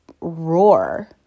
roar